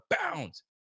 bounds